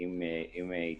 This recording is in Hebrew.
אם היא תצוץ,